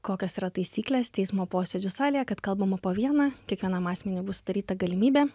kokios yra taisyklės teismo posėdžių salėje kad kalbama po vieną kiekvienam asmeniui bus sudaryta galimybė